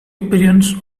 appearance